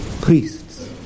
priests